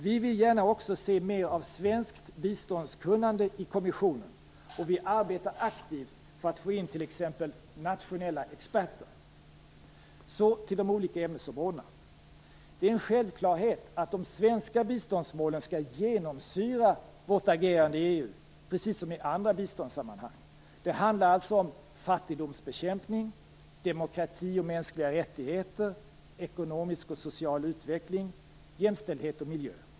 Vi vill gärna också se mer av svenskt biståndskunnande i kommissionen. Vi arbetar aktivt för att få in t.ex. nationella experter. Så över till de olika ämnesområdena. Det är en självklarhet att de svenska biståndsmålen skall genomsyra vårt agerande i EU precis som i andra biståndssammanhang. Det handlar alltså om fattigdomsbekämpning, demokrati och mänskliga rättigheter, ekonomisk och social utveckling, jämställdhet och miljö.